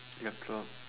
your clock